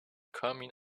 coming